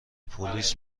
پلیس